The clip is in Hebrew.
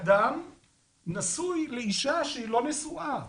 אדם שנשוי לאישה שהיא לא נשואה.